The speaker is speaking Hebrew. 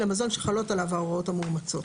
אלא מזון שחלות עליו ההוראות המאומצות.